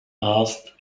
path